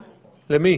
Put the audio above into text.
למי?